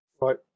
Right